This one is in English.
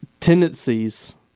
tendencies